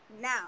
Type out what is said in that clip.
now